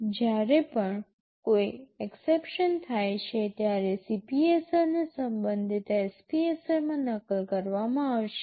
જ્યારે પણ કોઈ એક્સેપ્શન થાય છે ત્યારે CPSR ને સંબંધિત SPSR માં નકલ કરવામાં આવશે